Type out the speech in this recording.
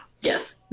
Yes